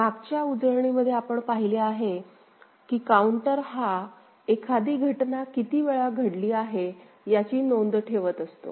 मागच्या उजळणीआधी आपण पाहिले आहे की काउंटर हा एखादी घटना किती वेळा घडली आहे याची नोंद ठेवत असतो